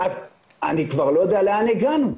אז אני כבר לא יודע לאן הגענו.